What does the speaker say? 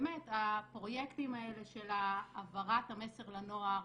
באמת הפרויקטים האלה של העברת המסר לנוער